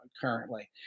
currently